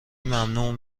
ممنوع